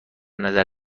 نظر